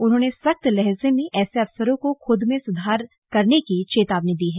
उन्होंने सख्त लहजे में ऐसे अफसरों को खुद में सुधार करने की चेतावनी दी है